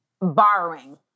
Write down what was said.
borrowing